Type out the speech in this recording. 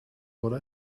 wurde